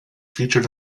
featured